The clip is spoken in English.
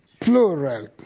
Plural